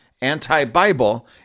anti-Bible